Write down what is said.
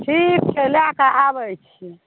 ठीक छै लए कऽ आबै छियै